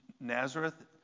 Nazareth